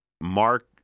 Mark